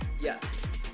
Yes